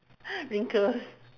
wrinkles